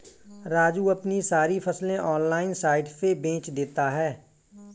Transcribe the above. राजू अपनी सारी फसलें ऑनलाइन साइट से बेंच देता हैं